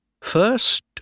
First